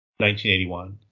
1981